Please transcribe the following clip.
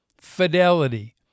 fidelity